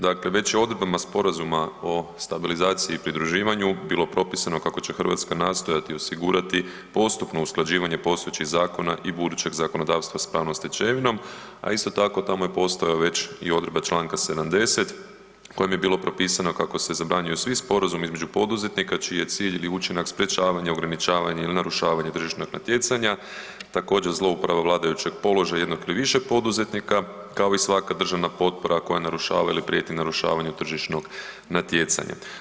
Dakle, već je odredbama Sporazuma o stabilizaciji i pridruživanju bilo propisano kako će Hrvatska nastojati osigurati postupno usklađivanje postojećih zakona i budućeg zakonodavstva s pravnom stečevinom, a isto tako tamo je postoje već i odredbe čl. 70.kojim je bilo propisano kako se zabranjuju svi sporazumi između poduzetnika čiji je cilj ili učinak sprečavanje, ograničavanje ili narušavanje tržišnog natjecanja, također zlouporaba vladajućeg položaja jednog ili više poduzetnika kao i svaka državna potpora koja narušava ili prijeti narušavanju tržišnog natjecanja.